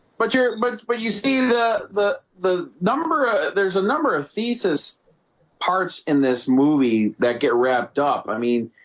but you're but but you see that the the number ah there's a number of thesis parts in this movie that get wrapped up. i mean,